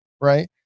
right